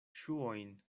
ŝuojn